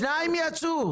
שניים יצאו.